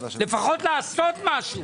לפחות לעשות משהו.